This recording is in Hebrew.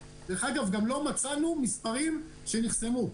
לא כדאי לך.